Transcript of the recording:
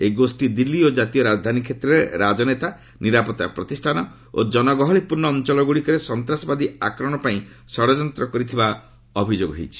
ଏହି ଗୋଷୀ ଦିଲ୍ଲୀ ଓ ଜାତୀୟ ରାଜଧାନୀ କ୍ଷେତ୍ରରେ ରାଜନେତା ନିରାପତ୍ତା ପ୍ରତିଷ୍ଠାନ ଓ ଜନଗହଳିପୂର୍ଣ୍ଣ ଅଞ୍ଚଳ ଗୁଡ଼ିକରେ ସନ୍ତାସବାଦୀ ଆକ୍ରମଣ ପାଇଁ ଷଡ଼ଯନ୍ତ୍ର କରିଥିବା ଅଭିଯୋଗ ହୋଇଛି